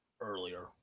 earlier